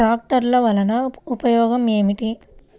ట్రాక్టర్లు వల్లన ఉపయోగం ఏమిటీ?